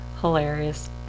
hilarious